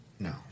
No